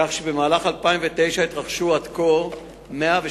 כך שבמהלך 2009 התרחשו עד כה 112